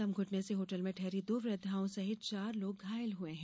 दम घुटने से होटल में ठहरी दो वृद्धाओं सहित चार लोग घायल हुए हैं